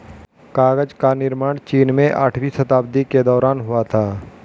कागज का निर्माण चीन में आठवीं शताब्दी के दौरान हुआ था